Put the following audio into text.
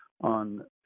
on